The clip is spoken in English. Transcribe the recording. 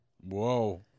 Whoa